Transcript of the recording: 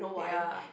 ya